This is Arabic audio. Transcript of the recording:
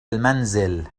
المنزل